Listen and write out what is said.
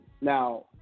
Now